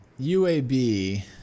UAB